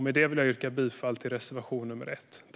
Med detta vill jag yrka bifall till reservation nr 1.